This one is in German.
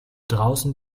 draußen